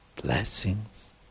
Blessings